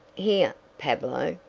here, pablo!